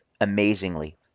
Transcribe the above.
amazingly